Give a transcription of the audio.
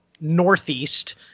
northeast